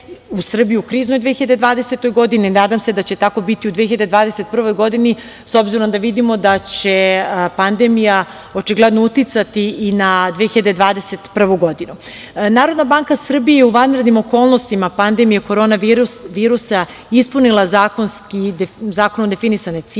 u Srbiju u kriznoj 2020. godini. Nadam se da će tako biti i u 2021. godini, s obzirom da vidimo da će pandemija očigledno uticati i na 2021. godinu. Narodna banka Srbije u vanrednim okolnostima pandemije korona virusa je ispunila zakonom definisane ciljeve,